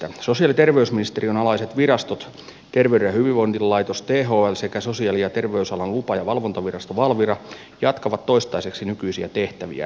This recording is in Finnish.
sosiaali ja terveysministeriön alaiset virastot terveyden ja hyvinvoinnin laitos thl sekä sosiaali ja terveysalan lupa ja valvontavirasto valvira jatkavat toistaiseksi nykyisiä tehtäviään